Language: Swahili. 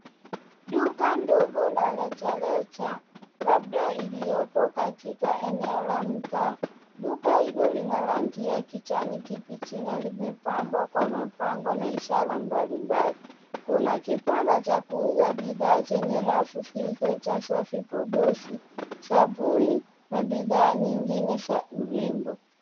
Duka ndogo la rejareja labda ilioko katika eneo la mtaa. Duka hilo lina rangi ya kijani kibichi limepambwa kwa mapambo na ishara mbalimbali. Kuna kibanda cha kuuza bidhaa zenye rafu zilizojazwa vipodozi, sabuni na bidhaa nyingine za urembo.